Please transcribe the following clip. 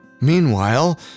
Meanwhile